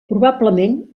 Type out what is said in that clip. probablement